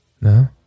No